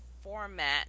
format